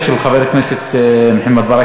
קודם כול, עמדה נוספת של חבר הכנסת מוחמד ברכה.